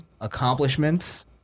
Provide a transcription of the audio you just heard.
accomplishments